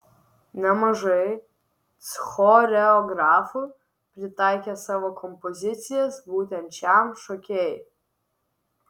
nemažai choreografų pritaikė savo kompozicijas būtent šiam šokėjui